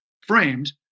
framed